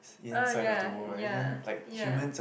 oh ya ya ya